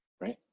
right